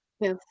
Yes